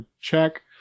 check